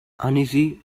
uneasy